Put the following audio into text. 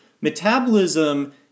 metabolism